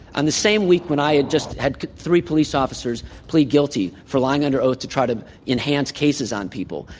on the same week when i had just had three police officers plead guilty for lying under oath to try to enhance cases on people,